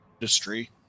industry